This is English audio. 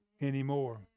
anymore